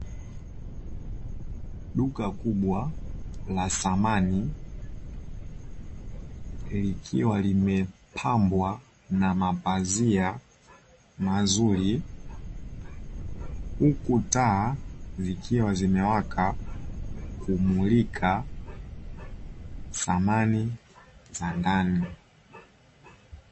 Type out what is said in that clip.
Duka kubwa la samani likiwa limepambwa na mapazia mazuri huku taa zikiwa zimewaka kumulika samani za ndani.